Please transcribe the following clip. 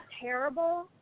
terrible